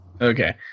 Okay